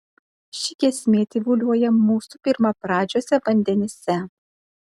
ši giesmė tyvuliuoja mūsų pirmapradžiuose vandenyse